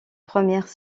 premières